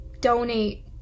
donate